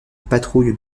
patrouille